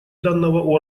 данного